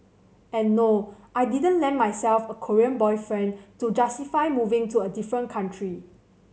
and no I didn't land myself a Korean boyfriend to justify moving to a different country